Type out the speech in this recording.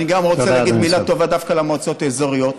אני גם רוצה להגיד מילה טובה דווקא למועצות האזוריות,